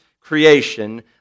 creation